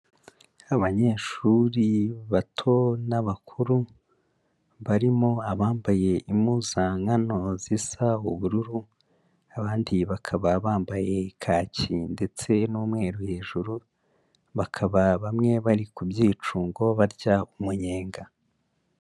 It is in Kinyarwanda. Abanyeshuri bato n'abakuru, barimo abambaye impuzankano zisa ubururu, abandi bakaba bambaye kaki ndetse n'umweru hejuru, bakaba bamwe bari ku byicungo, barya umunyenga.